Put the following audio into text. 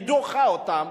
היא דוחה אותם,